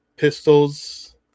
Pistols